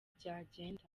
byagenda